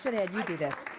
had you do this.